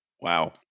Wow